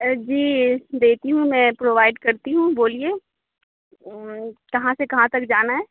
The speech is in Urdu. جی دیتی ہوں میں پرووائڈ کرتی ہوں بولیے کہاں سے کہاں تک جانا ہے